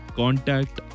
contact